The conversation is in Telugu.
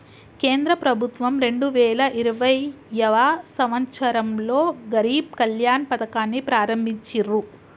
కేంద్ర ప్రభుత్వం రెండు వేల ఇరవైయవ సంవచ్చరంలో గరీబ్ కళ్యాణ్ పథకాన్ని ప్రారంభించిర్రు